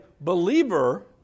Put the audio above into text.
believer